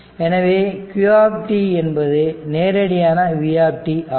எனவே q என்பது நேரடியான v ஆகும்